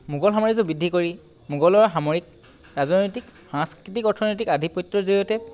মোগল সাম্ৰাজ্য বৃদ্ধি কৰি মোগলৰ সামৰিক ৰাজনৈতিক সাংস্কৃতিক আধিপত্যৰ জৰিয়তে